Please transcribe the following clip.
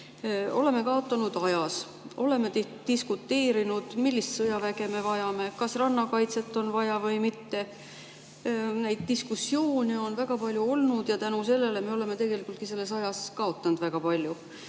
Aitäh! Oleme kaotanud ajas. Oleme diskuteerinud, millist sõjaväge me vajame, kas rannakaitset on vaja või mitte. Neid diskussioone on väga palju olnud ja selle tõttu me oleme tegelikult ajas kaotanud väga palju.